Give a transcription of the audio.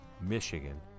Michigan